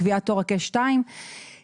לקביעת תור הקש כך וכך וכולי.